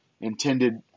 intended